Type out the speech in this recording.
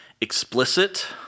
explicit